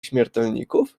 śmiertelników